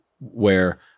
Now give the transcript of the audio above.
where-